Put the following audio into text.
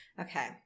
Okay